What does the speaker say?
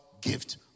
gift